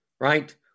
right